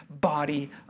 body